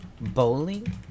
Bowling